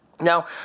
Now